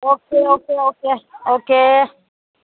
okay okay okay okay